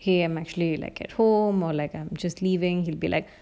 he um actually like a fool more like I'm just leaving he'll be like